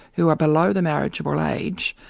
who are below the marriageable age,